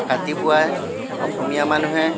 ৰাতিপুৱাই অসমীয়া মানুহে